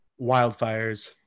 Wildfires